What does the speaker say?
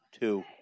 two